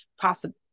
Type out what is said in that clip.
possible